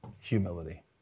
humility